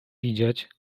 widzieć